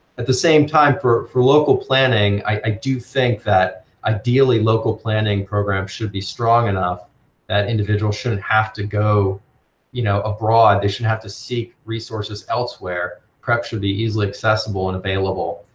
at the same time, for for local planning, i do think that ideally local planning programs programs should be strong enough that individuals shouldn't have to go you know abroad, they shouldn't have to seek resources elsewhere. prep should be easily accessible and available.